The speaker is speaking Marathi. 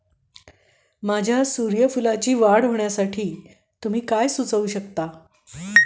तुम्ही माझ्या सूर्यफूलमध्ये वाढ कसे जोडू शकता?